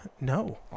No